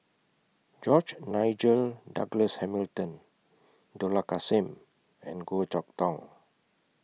George Nigel Douglas Hamilton Dollah Kassim and Goh Chok Tong